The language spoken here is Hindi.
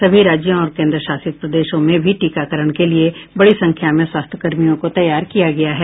सभी राज्यों और केंद्र शासित प्रदेशों में भी टीकाकरण के लिए बड़ी संख्या में स्वास्थ्यकर्मियों को तैयार किया गया है